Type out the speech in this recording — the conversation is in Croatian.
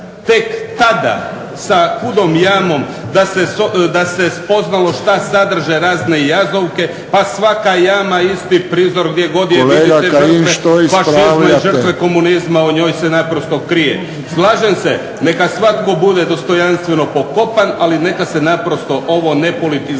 tek tada sa hudom jamom da se spoznalo šta sadrže razne jazovke, pa svaka jama isti prizor gdje god je. **Friščić, Josip (HSS)** Kolega Kajin, što ispravljate? **Kajin, Damir (IDS)** Žrtve komunizma o njoj se naprosto krije. Slažem se, neka svatko bude dostojanstveno pokopan, ali neka se naprosto ovo ne politizira